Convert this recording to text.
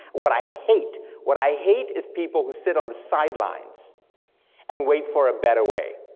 what i hate, what i hate is people who sit on the sidelines and wait for a better way.